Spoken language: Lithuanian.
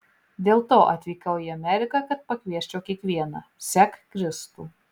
dėl to atvykau į ameriką kad pakviesčiau kiekvieną sek kristų